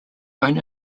own